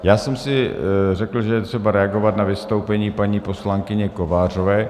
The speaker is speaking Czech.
Já jsem si řekl, že je třeba reagovat na vystoupení paní poslankyně Kovářové.